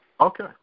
Okay